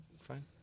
Fine